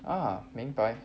明白